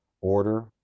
order